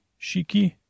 Shiki